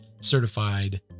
certified